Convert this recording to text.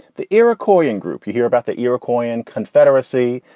the iroquois in group, you hear about the iroquois and confederacy.